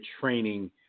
training